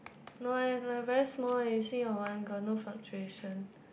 no eh like very small eh you see your one got no fluctuation